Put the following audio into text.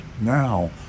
now